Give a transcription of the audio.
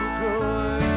good